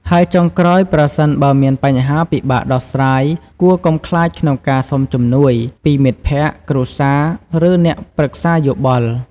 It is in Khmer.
ហើយចុងក្រោយ ប្រសិនបើមានបញ្ហាពិបាកដោះស្រាយ គួរ កុំខ្លាចក្នុងការសុំជំនួយ ពីមិត្តភក្តិ គ្រួសារ ឬអ្នកប្រឹក្សាយោបល់។